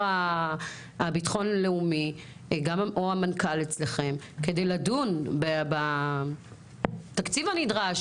לביטחון לאומי או אצל המנכ"ל שלכם כדי לדון בתקציב הנדרש.